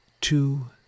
two